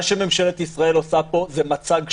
מה שממשלת ישראל עושה זה מצג שווא.